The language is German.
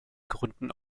gründen